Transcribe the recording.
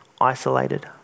isolated